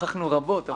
שוחחנו רבות.